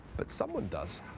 but someone does.